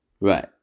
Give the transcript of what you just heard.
Right